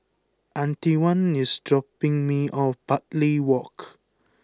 Antione is dropping me off Bartley Walk